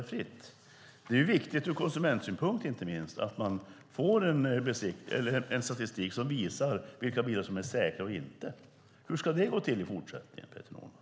Det är viktigt, inte minst ur konsumentsynpunkt, att man får en statistik som visar vilka bilar som är säkra och vilka som inte är det. Hur ska det gå till i fortsättningen, Peter Norman?